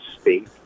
speak